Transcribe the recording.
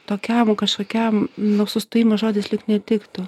tokiam kažkokiam nu sustojimas žodis lyg netiktų